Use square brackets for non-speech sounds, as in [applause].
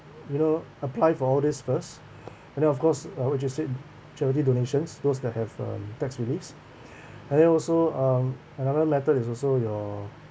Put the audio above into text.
you know apply for all this first [breath] and then of course like what you said charity donations those that have um tax reliefs [breath] and then also um another method is also your